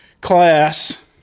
class